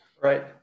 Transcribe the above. Right